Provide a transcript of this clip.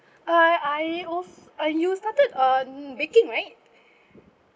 uh I also uh you started on baking right